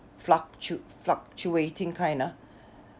fluctu~ fluctuating kind ah